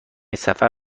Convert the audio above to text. سفر